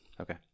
Okay